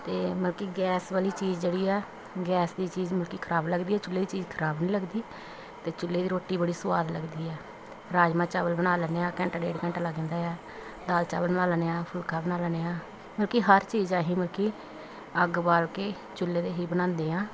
ਅਤੇ ਮਲਕੀ ਗੈਸ ਵਾਲੀ ਚੀਜ਼ ਜਿਹੜੀ ਆ ਗੈਸ ਦੀ ਚੀਜ਼ ਮਲਕੀ ਖ਼ਰਾਬ ਲੱਗਦੀ ਆ ਚੁੱਲ੍ਹੇ ਦੀ ਚੀਜ਼ ਖ਼ਰਾਬ ਨਹੀਂ ਲੱਗਦੀ ਅਤੇ ਚੁੱਲ੍ਹੇ ਦੀ ਰੋਟੀ ਬੜੀ ਸਵਾਦ ਲੱਗਦੀ ਹੈ ਰਾਜਮਾਂਹ ਚਾਵਲ ਬਣਾ ਲੈਂਦੇ ਹਾਂ ਘੰਟਾ ਡੇਢ ਘੰਟਾ ਲੱਗ ਜਾਂਦਾ ਆ ਦਾਲ ਚਾਵਲ ਬਣਾ ਲੈਂਦੇ ਹਾਂ ਫੁਲਕਾ ਬਣਾ ਲੈਂਦੇ ਹਾਂ ਮਲਕੀ ਹਰ ਚੀਜ਼ ਅਸੀਂ ਮਲਕੀ ਅੱਗ ਬਾਲ ਕੇ ਚੁੱਲੇ 'ਤੇ ਹੀ ਬਣਾਉਂਦੇ ਹਾਂ